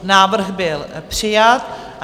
Návrh byl přijat.